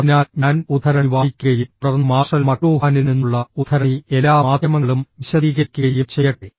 അതിനാൽ ഞാൻ ഉദ്ധരണി വായിക്കുകയും തുടർന്ന് മാർഷൽ മക്ലൂഹാനിൽ നിന്നുള്ള ഉദ്ധരണി എല്ലാ മാധ്യമങ്ങളും വിശദീകരിക്കുകയും ചെയ്യട്ടെ